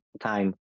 time